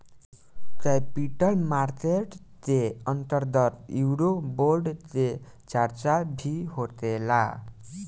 capital market के अंतर्गत Eurobond के चार्चा भी होखेला